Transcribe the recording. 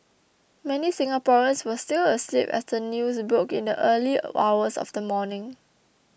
many Singaporeans were still asleep as the news broke in the early hours of the morning